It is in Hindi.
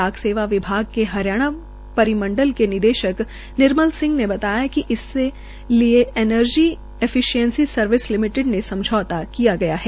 डाक सेवा विभाग के हरियाणा परिमंडल के निदेशक निर्मल सिंह ने बताया कि इससे लिए एनर्जी एफिसिएंसी सर्विस लिमिटड ने समझौता किया गया है